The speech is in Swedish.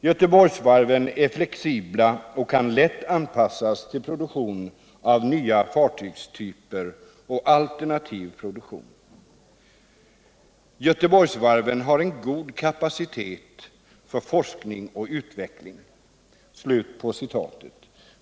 Göteborgsvarven är flexibla och kan lätt anpassas till produktion av nya fartygstyper och alternativ produktion. Göteborgsvarven har en god kapacitet för forskning och utveckling.